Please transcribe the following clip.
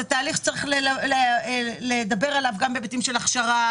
זה תהליך שצריך לדבר עליו גם בהיבטים של הכשרה,